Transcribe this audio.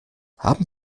haben